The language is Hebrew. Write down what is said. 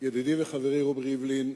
ידידי וחברי רובי ריבלין,